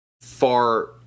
far